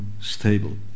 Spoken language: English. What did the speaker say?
stable